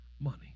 money